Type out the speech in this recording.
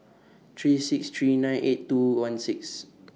three six three nine eight two one six